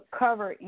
cover